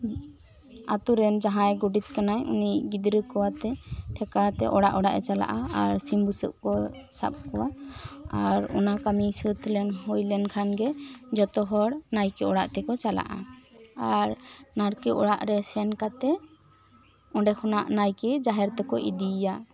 ᱟᱛᱳ ᱨᱤᱱ ᱡᱟᱦᱟᱸᱭ ᱜᱚᱰᱮᱛ ᱠᱟᱱᱟᱭ ᱩᱱᱤ ᱜᱤᱫᱽᱨᱟᱹ ᱠᱚ ᱟᱛᱮ ᱴᱷᱮᱠᱟ ᱟᱛᱮ ᱚᱲᱟᱜ ᱚᱲᱟᱜ ᱪᱟᱞᱟᱜᱼᱟ ᱟᱨ ᱥᱤᱢ ᱵᱩᱥᱟᱹᱜ ᱠᱚ ᱥᱟᱵ ᱠᱚᱣᱟ ᱟᱨ ᱚᱱᱟ ᱠᱟᱹᱢᱤ ᱥᱟᱹᱛ ᱞᱮᱱ ᱦᱩᱭᱞᱮᱱ ᱠᱷᱟᱱ ᱜᱮ ᱡᱚᱛᱚ ᱦᱚᱲ ᱱᱟᱭᱠᱮ ᱚᱲᱟᱜ ᱛᱮᱠᱚ ᱪᱟᱞᱟᱜᱼᱟ ᱟᱨ ᱱᱟᱭᱠᱮ ᱚᱲᱟᱜ ᱨᱮ ᱥᱮᱱ ᱠᱟᱛᱮ ᱚᱸᱰᱮ ᱠᱷᱚᱱᱟᱜ ᱱᱟᱭᱠᱮ ᱡᱟᱦᱮᱨ ᱛᱮᱠᱚ ᱤᱫᱤᱭᱮᱭᱟ